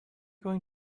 going